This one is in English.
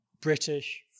British